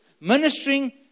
Ministering